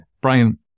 Brian